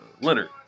Leonard